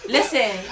Listen